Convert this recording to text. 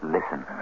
Listen